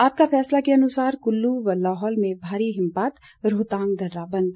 आपका फैसला के अनुसार कुल्लू व लाहौल में भारी हिमपात रोहतांग दर्रा बंद